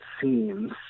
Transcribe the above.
seems